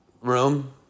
room